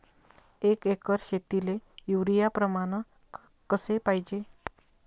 एक एकर शेतीले युरिया प्रमान कसे पाहिजे?